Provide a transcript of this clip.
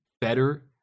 better